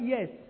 Yes